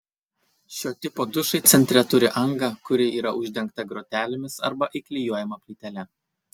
šio tipo dušai centre turi angą kuri yra uždengta grotelėmis arba įklijuojama plytele